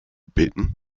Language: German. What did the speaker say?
bitten